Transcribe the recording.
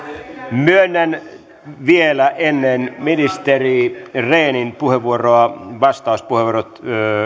myönnän vielä ennen ministeri rehnin puheenvuoroa vastauspuheenvuorot